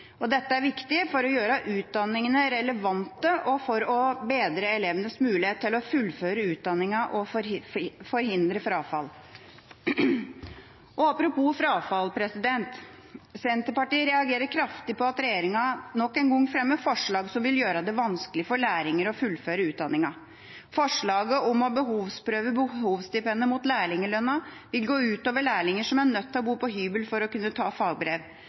Dette er viktig for å gjøre utdanningene relevante og for å bedre elevenes mulighet til å fullføre utdanninga og å forhindre frafall. Apropos frafall: Senterpartiet reagerer kraftig på at regjeringa nok en gang fremmer forslag som vil gjøre det vanskelig for lærlinger å fullføre utdanninga. Forslaget om å behovsprøve bostipendet mot lærlinglønnen vil gå ut over lærlinger som er nødt til å bo på hybel for å kunne ta fagbrev.